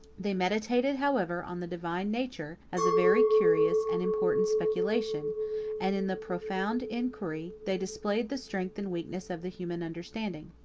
they meditated, however, on the divine nature, as a very curious and important speculation and in the profound inquiry, they displayed the strength and weakness of the human understanding.